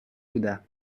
بودم